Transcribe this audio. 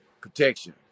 protection